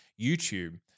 YouTube